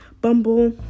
Bumble